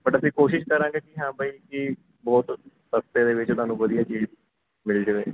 but ਅਸੀਂ ਕੋਸ਼ਿਸ਼ ਕਰਾਂਗੇ ਕਿ ਹਾਂ ਬਾਈ ਜੀ ਬਹੁਤ ਸਸਤੇ ਦੇ ਵਿੱਚ ਤੁਹਾਨੂੰ ਵਧੀਆ ਚੀਜ਼ ਮਿਲ ਜਾਵੇ